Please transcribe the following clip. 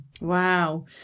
Wow